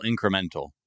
incremental